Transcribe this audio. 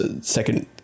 second